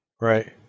Right